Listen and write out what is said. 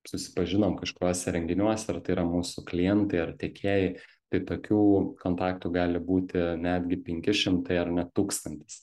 susipažinom kažkokiuose renginiuose ar tai yra mūsų klientai ar tiekėjai tai tokių kontaktų gali būti netgi penki šimtai ar net tūkstantis